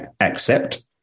accept